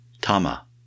Tama